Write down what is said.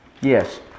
Yes